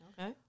Okay